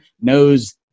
knows